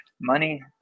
money